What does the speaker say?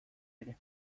ere